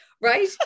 right